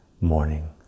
morning